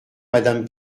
madame